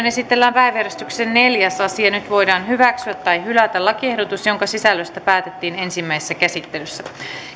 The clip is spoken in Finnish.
esitellään päiväjärjestyksen neljäs asia nyt voidaan hyväksyä tai hylätä lakiehdotus jonka sisällöstä päätettiin ensimmäisessä käsittelyssä